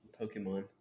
Pokemon